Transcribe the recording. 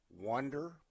wonder